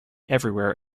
everywhere